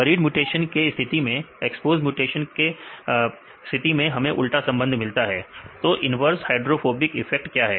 buried mutation के स्थिति में एक्सपोज्ड म्यूटेशन के सिटी में हमें उल्टा संबंध मिलता है तो इन्वर्स हाइड्रोफोबिक इफेक्ट क्या है